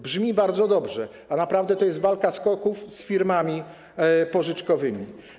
Brzmi bardzo dobrze, a naprawdę to jest walka SKOK-ów z firmami pożyczkowymi.